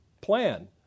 plan